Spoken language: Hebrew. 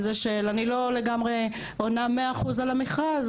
וזה של 'אני לא לגמרי עונה 100% על המכרז,